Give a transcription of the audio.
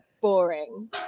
boring